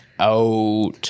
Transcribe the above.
Out